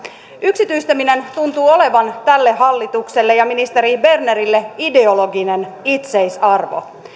yksityistäminen tuntuu olevan tälle hallitukselle ja ministeri bernerille ideologinen itseisarvo